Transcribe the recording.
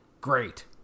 Great